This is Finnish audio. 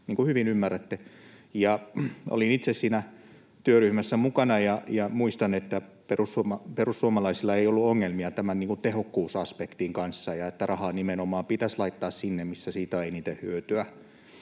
niin kuin hyvin ymmärrätte. Olin itse siinä työryhmässä mukana, ja muistan että perussuomalaisilla ei ollut ongelmia tämän tehokkuusaspektin kanssa ja siinä, että rahaa nimenomaan pitäisi laittaa sinne, missä siitä on eniten hyötyä.